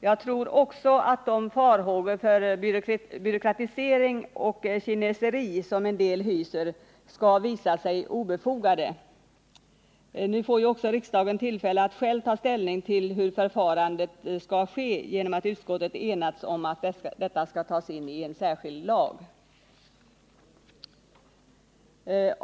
Jag tror också att de farhågor för byråkratisering och kineseri som en del hyser skall visa sig obefogade. Nu får ju också riksdagen tillfälle att ta ställning till själva förfarandet, eftersom utskottet enats om att detta skall tas in i lag.